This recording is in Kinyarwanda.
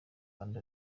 kandi